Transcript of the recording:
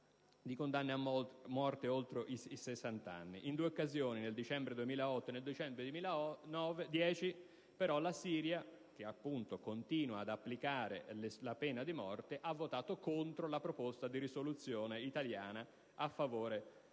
In due occasioni, nel dicembre 2008 e nel dicembre 2010, la Siria, che appunto continua ad applicare la pena di morte, ha votato contro la proposta di risoluzione italiana a favore della